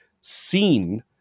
seen